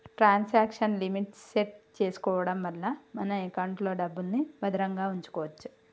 transaction limit set చేసుకోడం వల్ల మన ఎకౌంట్లో డబ్బుల్ని భద్రంగా వుంచుకోచ్చు